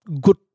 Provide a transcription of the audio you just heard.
good